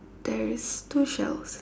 there is two shelves